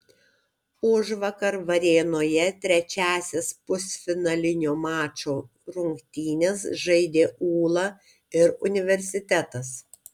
užvakar varėnoje trečiąsias pusfinalinio mačo rungtynes žaidė ūla ir universitetas